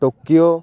Tokyo